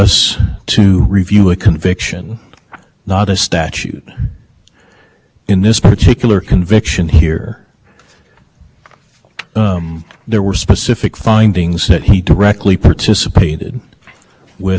findings that he directly participated with actual perpetrators of the september eleventh attacks by preparing their barter wills and instructions were written in the specification said that he